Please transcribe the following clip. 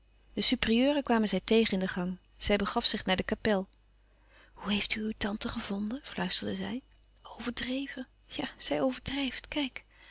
de supérieure kwamen zij tegen in de gang zij begaf zich naar de kapel hoe heeft u uw tante gevonden fluisterde zij overdreven ja zij overdrijft kijk